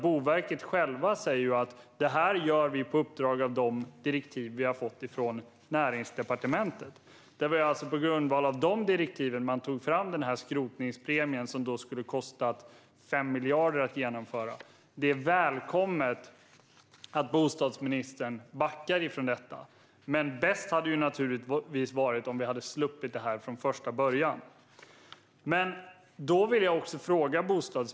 Boverket självt säger ju att man gör detta på grundval av de direktiv man har fått av Näringsdepartementet. Det var på grundval av de direktiven man tog fram förslaget om en skrotningspremie, som skulle ha kostat 5 miljarder att genomföra. Det är välkommet att bostadsministern backar från detta, men bäst hade det naturligtvis varit om vi hade sluppit det från första början.